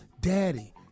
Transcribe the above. daddy